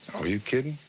oh, you kidding?